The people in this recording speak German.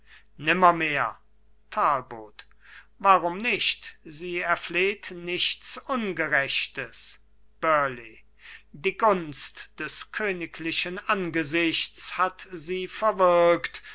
nimmermehr talbot warum nicht sie erfleht nichts ungerechtes burleigh die gunst des königlichen angesichts hat sie verwirkt